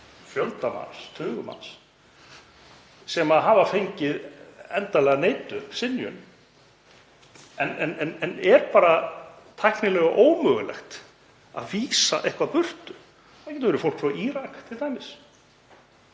fjölda manns, tugum manns, sem hafa fengið endanlega neitun, synjun, en er bara tæknilega ómögulegt að vísa eitthvað burtu. Það getur verið fólk frá Íran t.d.,